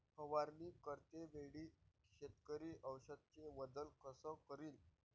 फवारणी करते वेळी शेतकरी औषधचे वजन कस करीन?